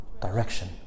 direction